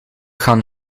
gaan